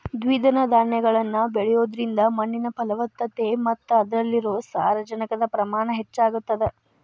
ದ್ವಿದಳ ಧಾನ್ಯಗಳನ್ನ ಬೆಳಿಯೋದ್ರಿಂದ ಮಣ್ಣಿನ ಫಲವತ್ತತೆ ಮತ್ತ ಅದ್ರಲ್ಲಿರೋ ಸಾರಜನಕದ ಪ್ರಮಾಣ ಹೆಚ್ಚಾಗತದ